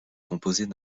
composait